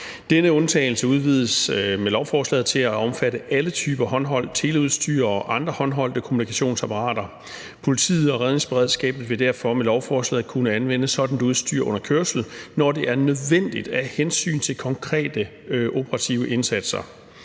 Denne undtagelse udvides med lovforslaget til at omfatte alle typer af håndholdt teleudstyr og andre håndholdte kommunikationsapparater. Politiet og redningsberedskabet vil derfor med lovforslaget kunne anvende sådant udstyr under kørsel, når det er nødvendigt af hensyn til konkrete operative indsatser.